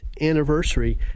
anniversary